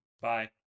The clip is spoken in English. Bye